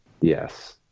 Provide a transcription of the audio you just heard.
Yes